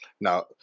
Now